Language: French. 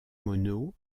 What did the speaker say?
mono